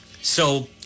So-